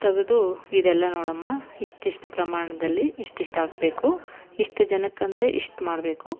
ತೆಗದು ಇದೆಲ್ಲ ನೋಡಮ್ಮ ಇಷ್ಟಿಷ್ಟು ಪ್ರಮಾಣದಲ್ಲಿ ಇಷ್ಟಿಷ್ಟು ಹಾಕ್ಬೇಕು ಇಷ್ಟು ಜನಕ್ಕಂದರೆ ಇಷ್ಟು ಮಾಡಬೇಕು